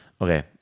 Okay